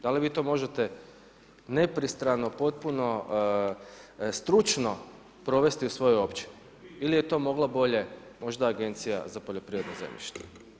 Da li vi to možete nepristrano, potpuno stručno provesti u svojoj općini ili je to mogla bolje možda Agencija za poljoprivredno zemljište?